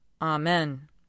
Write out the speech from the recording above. Amen